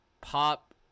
Pop